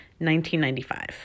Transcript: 1995